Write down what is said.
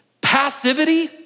Passivity